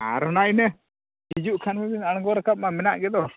ᱟᱨ ᱦᱚᱸ ᱱᱟᱜ ᱤᱱᱟᱹ ᱦᱤᱡᱩᱜ ᱠᱷᱟᱱ ᱢᱟ ᱵᱤᱱ ᱟᱬᱜᱚ ᱨᱟᱠᱟᱵ ᱢᱟ ᱢᱮᱱᱟᱜ ᱜᱮᱫᱚ